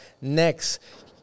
Next